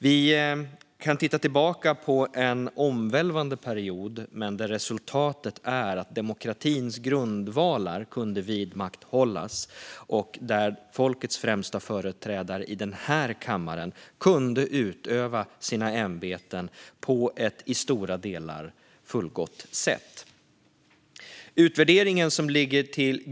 Vi kan titta tillbaka på en omvälvande period där resultatet är att demokratins grundvalar kunde vidmakthållas och folkets främsta företrädare i den här kammaren kunde utöva sina ämbeten på ett i stora delar fullgott sätt.